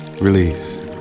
release